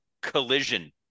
collision